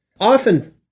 Often